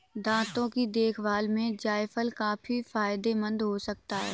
दांतों की देखभाल में जायफल काफी फायदेमंद हो सकता है